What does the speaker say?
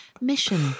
mission